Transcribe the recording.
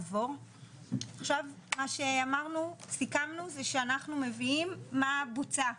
עכשיו מה שסיכמנו זה שאנחנו מביאים מה בוצע,